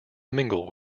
mingle